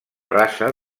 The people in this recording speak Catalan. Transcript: raça